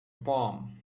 palm